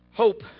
Hope